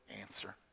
answer